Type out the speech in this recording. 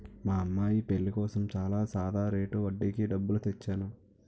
మా అమ్మాయి పెళ్ళి కోసం చాలా సాదా రేటు వడ్డీకి డబ్బులు తెచ్చేను